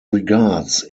regards